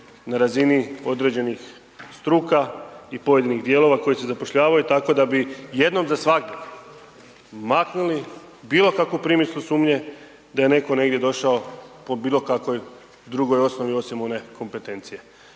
na razini određenih struka i pojedinih dijelova koji se zapošljavaju, tako da bi jednom za svagdje, maknuli bilo kakvu primislu sumnje, da je netko negdje došao, po bilo kakvoj drugoj osnovni osim one kompetencije.